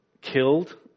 killed